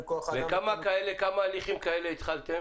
בכמה הליכים כאלה התחלתם